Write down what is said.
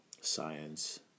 science